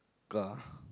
car